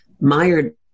mired